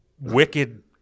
wicked